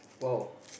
!wow!